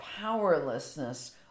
powerlessness